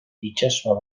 itsasoa